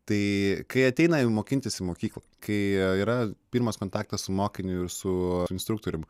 tai kai ateina jau mokintis į mokyklą kai yra pirmas kontaktas su mokiniu ir su instruktorium